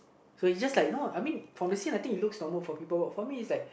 so it's just like you know I mean from the scene I think it's look normal for people but for me it's like